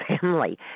family